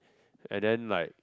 and then like